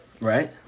Right